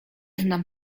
znam